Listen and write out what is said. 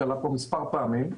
שעלה פה מספר פעמים.